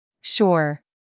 Sure